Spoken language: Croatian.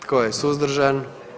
Tko je suzdržan?